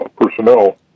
personnel